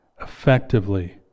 effectively